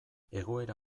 egoera